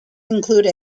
include